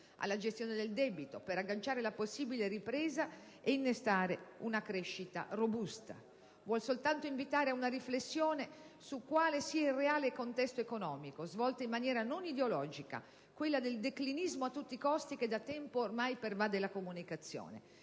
della gestione del debito, per agganciare la possibile ripresa ed innestare un crescita robusta. Essa vuole soltanto invitare ad una riflessione su quale sia il reale contesto economico; una riflessione svolta in maniera non ideologica, come nel caso del declinismo a tutti i costi che da tempo ormai pervade la comunicazione,